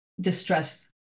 distress